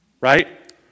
Right